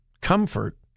comfort